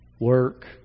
Work